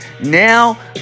now